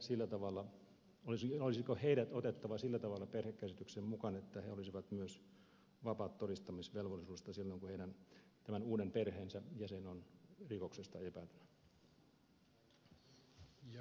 olisiko avopuolisot tai uusperheen jäsenet otettava sillä tavalla perhekäsitykseen mukaan että myös he olisivat vapaat todistamisvelvollisuudesta silloin kun heidän uuden perheensä jäsen on rikoksesta epäiltynä